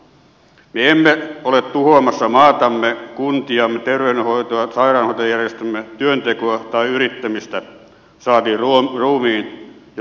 me emme ole tuhoamassa maatamme kuntiamme terveydenhoitoa sairaanhoitojärjestelmää työntekoa tai yrittämistä saati ruumiin ja sielun kulttuuria